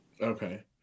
Okay